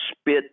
spit